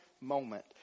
moment